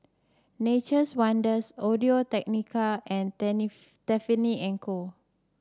Nature's Wonders Audio Technica and Tiffany And Co